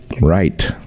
Right